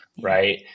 right